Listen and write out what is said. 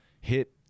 hit